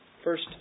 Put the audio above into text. first